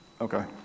Okay